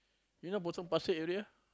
you know Potong Pasir area